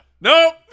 nope